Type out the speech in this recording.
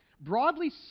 Broadly